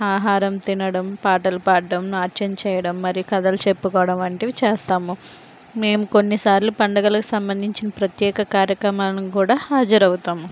ఆహారం తినడం పాటలు పాడ్డం నాట్యం చేయడం మరి కథలు చెప్పుకోవడం వంటివి చేస్తాము మేము కొన్నిసార్లు పండగల సంబంధించిన ప్రత్యేక కార్యక్రమాలను కూడా హాజరవుతాము